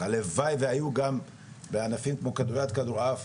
הלוואי שהיו גם בענפים כמו כדור-יד וכדור-עף